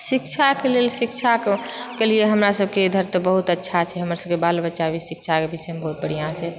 शिक्षाके लेल शिक्षा केलिए हमरसबके इधर बहुत अच्छा छै हमरसबके बालबच्चा भी शिक्षाके विषयमे बहुत बढ़िआँ छै